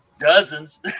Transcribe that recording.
Dozens